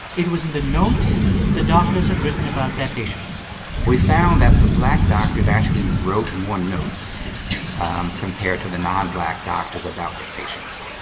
it was in the notes the doctors had written about their patients we found that the black doctors actually wrote more notes um compared to the nonblack doctors about their patients.